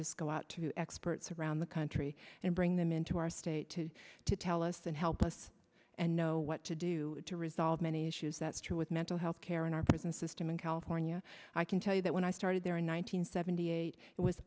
judges go out to experts around the country and bring them into our state to to tell us and help us and know what to do to resolve many issues that's true with mental health care in our prison system in california i can tell you that when i started there in one thousand nine hundred seventy eight it was